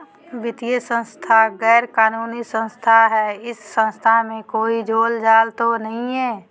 वित्तीय संस्था गैर कानूनी संस्था है इस संस्था में कोई झोलझाल तो नहीं है?